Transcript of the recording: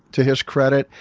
to his credit.